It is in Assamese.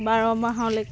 বাৰমাহলৈকে